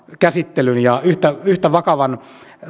käsittelyn ja yhtä yhtä vakavan